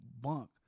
bunk